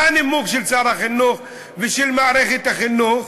מה הנימוק של שר החינוך ושל מערכת החינוך?